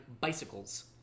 bicycles